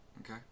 Okay